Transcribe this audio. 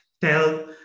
tell